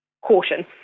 caution